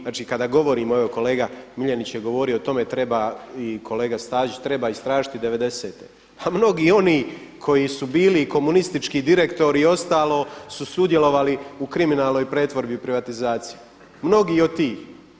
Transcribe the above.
Znači kada govorimo, evo i kolega MIljenić je govorio o tome i kolega Stazić treba istražiti devedesete, a mnogi oni koji su bili komunistički direktori i ostalo su sudjelovali u kriminalnoj pretvorbi i privatizaciji, mnogi od tih.